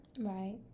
Right